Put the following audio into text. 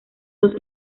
dos